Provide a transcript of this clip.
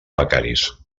becaris